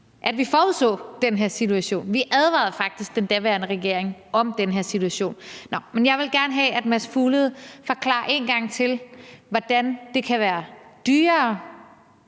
at vi forudså den her situation; vi advarede faktisk den daværende regering om den her situation. Nå, men jeg vil gerne have, at Mads Fuglede forklarer en gang til, hvordan det kan være dyrere,